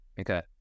okay